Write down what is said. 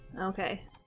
Okay